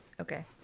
Okay